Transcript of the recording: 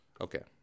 Okay